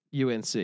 UNC